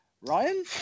Ryan